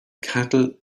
cattle